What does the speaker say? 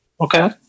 Okay